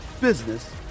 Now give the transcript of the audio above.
business